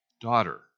daughter